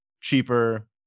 cheaper